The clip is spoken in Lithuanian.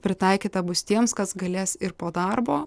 pritaikyta bus tiems kas galės ir po darbo